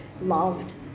loved